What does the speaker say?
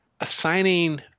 Assigning